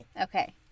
Okay